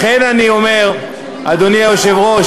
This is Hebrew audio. לכן אני אומר, אדוני היושב-ראש,